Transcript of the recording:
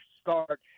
start